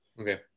Okay